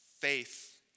faith